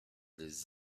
des